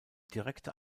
direkte